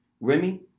Remy